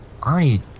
Arnie